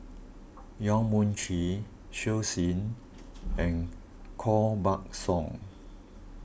Yong Mun Chee Shen and Koh Buck Song